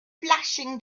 flashing